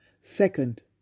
Second